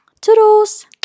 Toodles